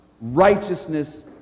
righteousness